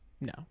No